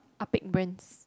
Ah Pek brands